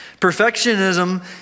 Perfectionism